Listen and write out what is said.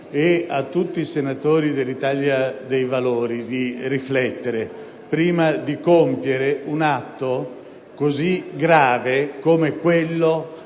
e a tutti i senatori dell'Italia dei Valori di riflettere prima di compiere un atto così grave come la